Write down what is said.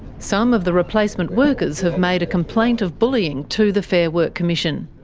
some of the replacement workers have made a complaint of bullying to the fair work commission.